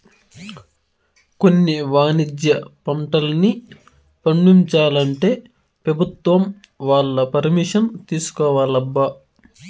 కొన్ని వాణిజ్య పంటల్ని పండించాలంటే పెభుత్వం వాళ్ళ పరిమిషన్ తీసుకోవాలబ్బా